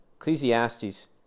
Ecclesiastes